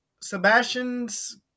Sebastian's